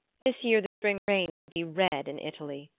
this year the spring rains will be red in italy.